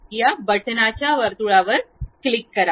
या बटणाच्या वर्तुळावर क्लिक करा